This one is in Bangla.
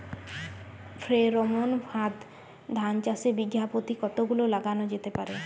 ফ্রেরোমন ফাঁদ ধান চাষে বিঘা পতি কতগুলো লাগানো যেতে পারে?